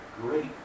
great